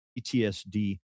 PTSD